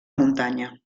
muntanya